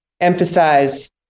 emphasize